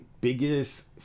biggest